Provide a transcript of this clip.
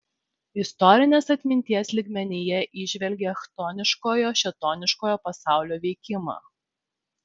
istorinės atminties lygmenyje įžvelgė chtoniškojo šėtoniškojo pasaulio veikimą